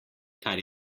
kar